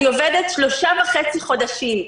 אני עובדת שלושה וחצי חודשים,